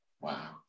Wow